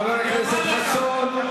חבר הכנסת חסון.